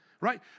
Right